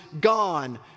gone